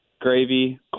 gravy